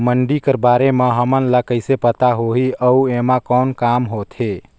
मंडी कर बारे म हमन ला कइसे पता होही अउ एमा कौन काम होथे?